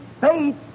faith